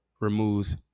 removes